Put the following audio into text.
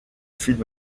film